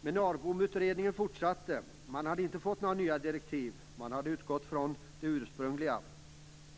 Men ARBOM-utredningen fortsatte att arbeta. Man hade inte fått några nya direktiv, utan man hade utgått från de ursprungliga.